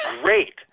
great